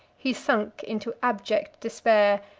he sunk into abject despair,